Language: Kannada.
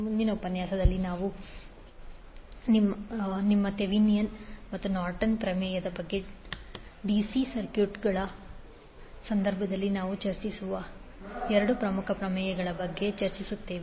ಮುಂದಿನ ಉಪನ್ಯಾಸದಲ್ಲಿ ನಿಮ್ಮ ಥೆವೆನಿನ್ ಮತ್ತು ನಾರ್ಟನ್ Thevenins and Norton's ಪ್ರಮೇಯವಾದ ಡಿಸಿ ಸರ್ಕ್ಯೂಟ್ನ ಸಂದರ್ಭದಲ್ಲಿ ನಾವು ಚರ್ಚಿಸುವ ಎರಡು ಪ್ರಮುಖ ಪ್ರಮೇಯಗಳ ಬಗ್ಗೆ ನಾವು ಚರ್ಚಿಸುತ್ತೇವೆ